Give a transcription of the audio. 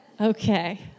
Okay